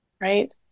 right